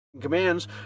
commands